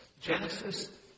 Genesis